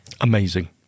Amazing